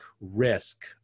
risk